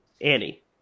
Annie